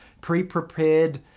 pre-prepared